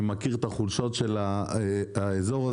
אני מכיר את האזור הזה.